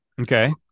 Okay